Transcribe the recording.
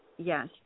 Yes